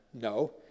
no